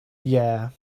yeah